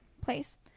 place